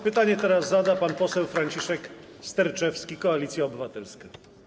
Pytanie zada pan poseł Franciszek Sterczewski, Koalicja Obywatelska.